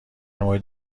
مورد